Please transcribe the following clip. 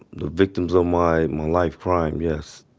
the victims of my, my life crime, yes.